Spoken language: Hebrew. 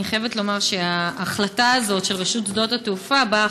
אני חייבת לומר שההחלטה הזאת של רשות שדות התעופה באה,